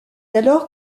alors